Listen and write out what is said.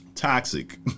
Toxic